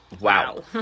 Wow